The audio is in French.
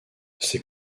ses